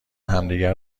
همدیگه